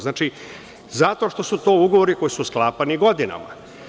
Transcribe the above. Znači, zato što su to ugovori koji su sklapani godinama.